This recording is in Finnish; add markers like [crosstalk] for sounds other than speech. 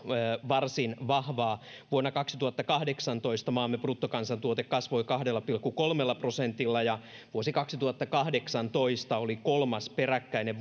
varsin vahvaa vuonna kaksituhattakahdeksantoista maamme bruttokansantuote kasvoi kahdella pilkku kolmella prosentilla ja vuosi kaksituhattakahdeksantoista oli kolmas peräkkäinen [unintelligible]